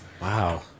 Wow